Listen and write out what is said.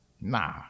nah